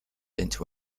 into